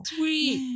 Sweet